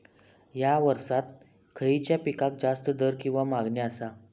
हया वर्सात खइच्या पिकाक जास्त दर किंवा मागणी आसा?